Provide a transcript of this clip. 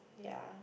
yea